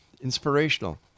Inspirational